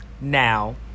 now